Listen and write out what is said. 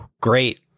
great